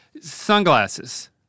Sunglasses